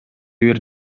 бир